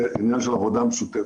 זה עניין של עבודה משותפת.